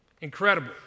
incredible